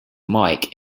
mike